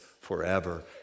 forever